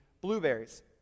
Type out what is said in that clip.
blueberries